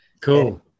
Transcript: Cool